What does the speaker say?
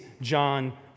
John